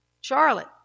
Charlotte